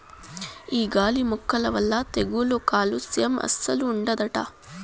ఈ గాలి మొక్కల వల్ల తెగుళ్ళు కాలుస్యం అస్సలు ఉండదట